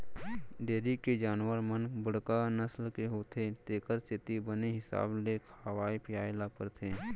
dairy के जानवर मन बड़का नसल के होथे तेकर सेती बने हिसाब ले खवाए पियाय ल परथे